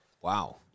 Wow